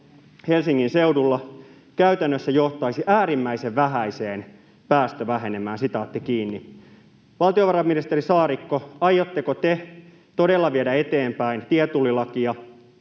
Helsingin seudulla käytännössä johtaisi äärimmäisen vähäiseen päästövähenemään.” Valtiovarainministeri Saarikko, aiotteko te todella viedä eteenpäin tietullilakia,